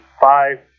five